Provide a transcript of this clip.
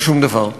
ושום דבר.